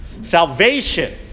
salvation